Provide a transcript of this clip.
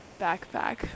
backpack